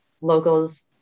locals